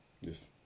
Yes